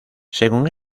según